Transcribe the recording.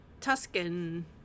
Tuscan